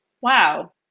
wow